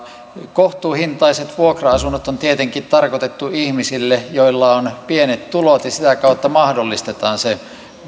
kohtuuhintaiset vuokra asunnot on tietenkin tarkoitettu ihmisille joilla on pienet tulot ja sitä kautta mahdollistetaan se